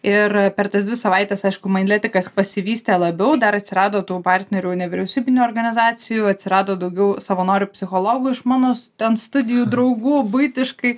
ir per tas dvi savaites aišku maindletikas pasivystė labiau dar atsirado tų partnerių nevyriausybinių organizacijų atsirado daugiau savanorių psichologų iš mano s ten studijų draugų buitiškai